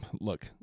look